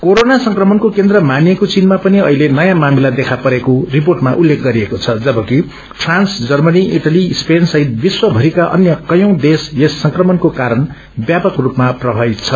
corona संक्रमणको केन्द्र मानिएको चीनमा पनि अहिले नयौं मामिला देखा परेको रपोर्ट उल्लेख गरिएको छ जबकि फ्रान्स जर्मनी इटली स्पेन सहित विश्वभरिका अन्य कयौं देश यस संक्रमणको कारण व्यापक स्तपमा प्रभावित छन्